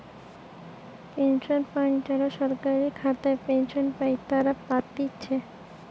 pension fund যারা সরকারি খাতায় পেনশন পাই তারা পাতিছে